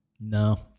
No